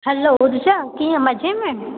hello Richa कीअं मज़े में